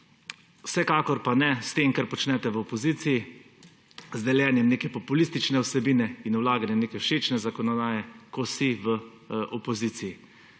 Vsekakor pa ne s tem, kar počnete v opoziciji, z deljenjem neke populistične vsebine in vlaganjem neke všečne zakonodaje, ko si v opoziciji.